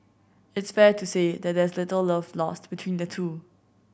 it's fair to say that there's little love lost between the two